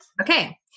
Okay